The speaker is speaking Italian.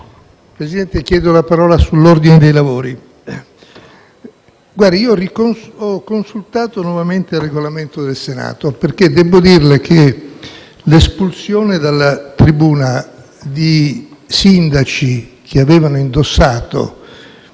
Presidente, ho chiesto la parola per intervenire sull'ordine del lavori. Ho consultato nuovamente il Regolamento del Senato, perché devo dirle che l'espulsione dalla tribuna di sindaci che avevano indossato,